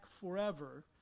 forever